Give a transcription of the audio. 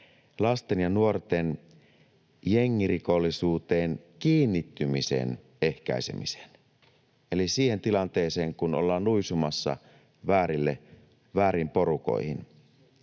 lasten ja nuorten jengirikollisuuteen kiinnittymisen ehkäisemiseen, eli siihen tilanteeseen, kun ollaan luisumassa vääriin porukoihin.